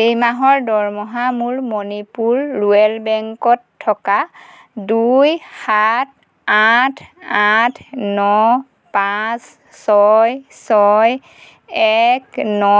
এই মাহৰ দৰমহা মোৰ মণিপুৰ ৰুৰেল বেংকত থকা দুই সাত আঠ আঠ ন পাঁচ ছয় ছয় এক ন